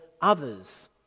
others